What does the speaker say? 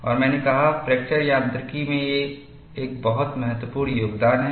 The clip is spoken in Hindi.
और मैंने कहा फ्रैक्चर यांत्रिकी में यह एक बहुत महत्वपूर्ण योगदान है